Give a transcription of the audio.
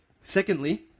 Secondly